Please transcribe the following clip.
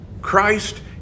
Christ